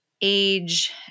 age